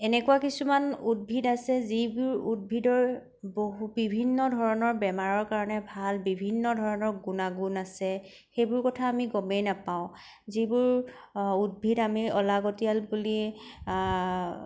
এনেকুৱা কিছুমান উদ্ভিদ আছে যিবোৰ উদ্ভিদৰ বহু বিভিন্ন ধৰণৰ বেমাৰৰ কাৰণে ভাল বিভিন্ন ধৰণৰ গুণাগুণ আছে সেইবোৰ কথা আমি গমেই নাপাও যিবোৰ উদ্ভিদ আমি অলাগতিয়াল বুলি